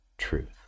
truth